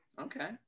Okay